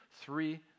three